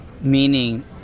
meaning